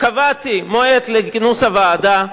קבעתי מועד לכינוס הוועדה.